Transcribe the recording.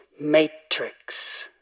matrix